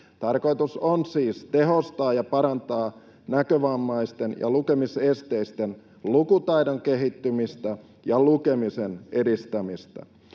Tarkoitus on siis tehostaa ja parantaa näkövammaisten ja lukemisesteisten lukutaidon kehittymistä ja lukemisen edistämistä.